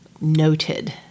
Noted